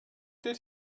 did